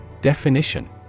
Definition